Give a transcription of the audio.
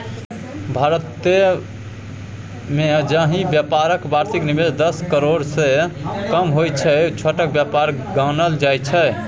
भारतमे जाहि बेपारक बार्षिक निबेश दस करोड़सँ कम होइ छै छोट बेपार गानल जाइ छै